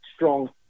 Strong